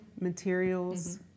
materials